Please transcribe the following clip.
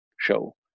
show